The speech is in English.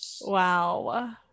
Wow